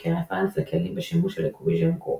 כרפרנס לכלים בשימוש של Equation Group.